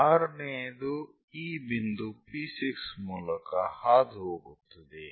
6 ನೇಯದು ಈ ಬಿಂದು P6 ಮೂಲಕ ಹಾದುಹೋಗುತ್ತದೆ